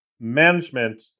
management